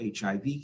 HIV